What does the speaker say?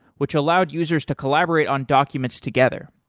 which allowed users to collaborate on documents together.